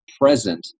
present